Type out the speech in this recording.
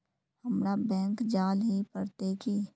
हमरा बैंक जाल ही पड़ते की?